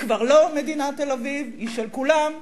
היא כבר לא מדינת תל-אביב, היא של כולם.